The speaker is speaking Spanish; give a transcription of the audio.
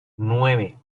nueve